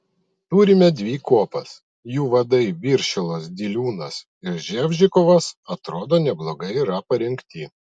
turime dvi kuopas jų vadai viršilos diliūnas ir ževžikovas atrodo neblogai yra parengti